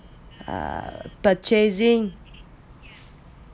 uh purchasing